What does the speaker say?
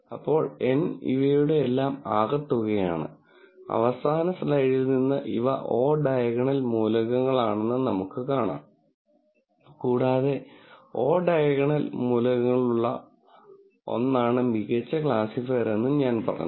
ഇപ്പോൾ N ഇവയുടെയെല്ലാം ആകെത്തുകയാണ് അവസാന സ്ലൈഡിൽ നിന്ന് ഇവ o ഡയഗണൽ മൂലകങ്ങളാണെന്ന് നമുക്ക കാണാം കൂടാതെ 0 o ഡയഗണൽ മൂലകങ്ങളുള്ള ഒന്നാണ് മികച്ച ക്ലാസിഫയർ എന്നും ഞാൻ പറഞ്ഞു